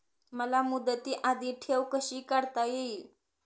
मला मुदती आधी ठेव कशी काढता येईल?